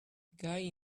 guy